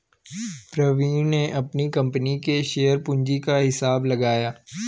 प्रवीण ने अपनी कंपनी की शेयर पूंजी का हिसाब लगाया